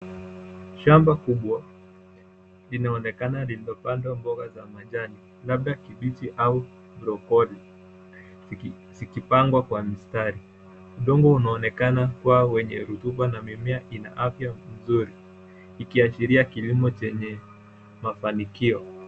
Shamba kubwa linaonekana limepandwa mboga za majani labda kabeji au brocolli(cs) zikipangwa kwa mstari, udongo unaonekana kuwa wenye rutuba na mimea ina afya nzuri ikiashiria kilimo chenye mafanikio.